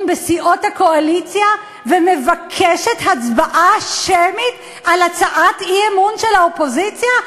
בסיעות הקואליציה ומבקשת הצבעה שמית על הצעת אי-אמון של האופוזיציה.